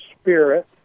spirit